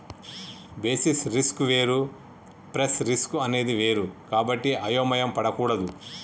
basis risk వేరు price risk అనేది వేరు కాబట్టి అయోమయం పడకూడదు